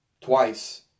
twice